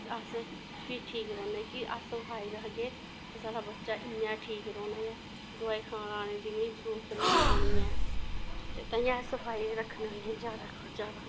ते अस फ्ही ठीक ठीक रौह्न्ने कि अस सफाई रखगे ते साढ़ा बच्चा इ'यां ठीक रौह्ना ऐ दवाई खालाने दी निं जरूरत निं पौनी ऐ ते ताइयें अस सफाई रक्खने होन्ने जादा कोला जादा